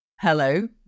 Hello